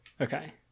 okay